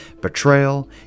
betrayal